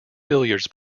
billiards